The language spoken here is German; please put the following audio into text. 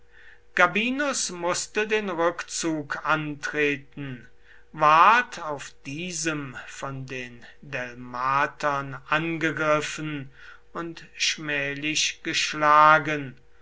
gabinius mußte den rückzug antreten ward auf diesem von den delmatern angegriffen und schmählich geschlagen